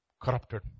corrupted